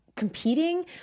Competing